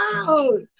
out